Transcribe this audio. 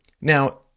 Now